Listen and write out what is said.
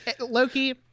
Loki